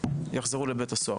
יחזרו לבית הסוהר.